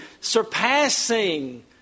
surpassing